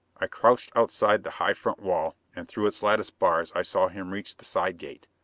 i crouched outside the high front wall, and through its lattice bars i saw him reach the side gate,